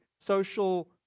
social